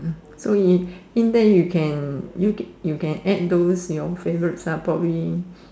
so if then you can you can you can add those your favourite stuff probably